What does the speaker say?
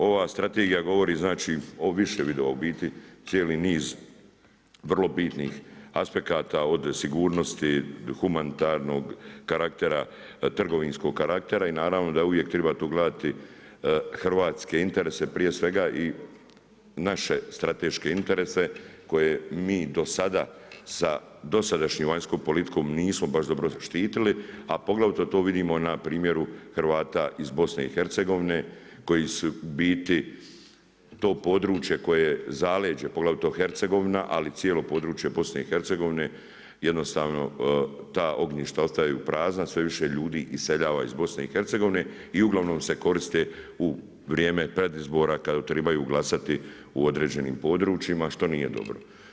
Ova strategija govori znači o više vidova, u biti, cijeli niz vrlo bitnih aspekata od sigurnosti, humanitarnog karaktera, trgovinskog karaktera i naravno da uvijek treba to gledati hrvatske interese prije svega i naše strateške interese koje mi do sada sa dosadašnjom vanjskom politikom nismo baš dobro zaštitili a poglavito to vidimo na primjeru Hrvata iz BiH-a koji su u biti to područje, zaleđe, poglavito Hercegovina ali i cijelo područje BiH jednostavno ta ognjišta ostaju prazna, sve više ljudi iseljava iz BiH i uglavnom se koriste u vrijeme predizbora kada trebaju glasati u određenim područjima što nije dobro.